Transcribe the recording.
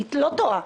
אני לא טועה.